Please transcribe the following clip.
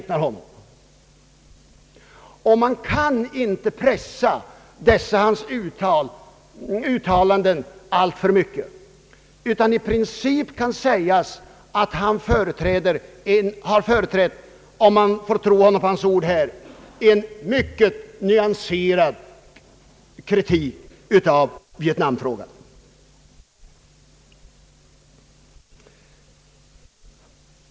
Dessa hans uttalanden kan inte pressas alltför mycket, utan i princip kan sägas att han — om man skall tro honom på hans ord — företrätt en mycket nyanserad kritik i Vietnam-frågan.